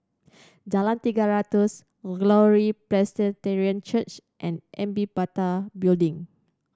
Jalan Tiga Ratus Glory Presbyterian Church and Amitabha Building